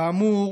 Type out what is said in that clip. כאמור,